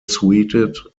suited